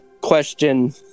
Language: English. question